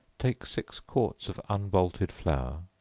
take six quarts of unbolted flour,